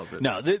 No